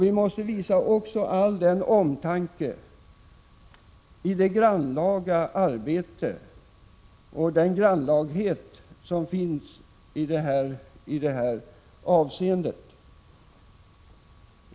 Vi måste också visa all omtanke i denna grannlaga situation.